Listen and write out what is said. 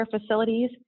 facilities